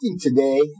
today